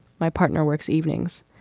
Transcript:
my partner works evenings.